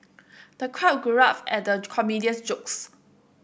the crowd guffawed at the comedian's jokes